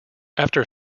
after